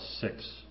six